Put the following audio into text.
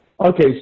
Okay